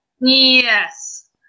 Yes